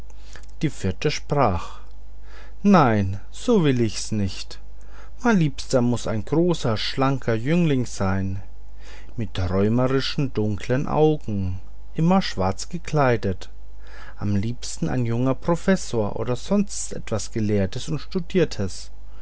die vierte sprach nein so will ich's nicht mein liebster muß ein großer schlanker jüngling sein mit träumerischen dunklen augen immer schwarz gekleidet am liebsten ein junger professor oder sonst etwas gelehrtes und studiertes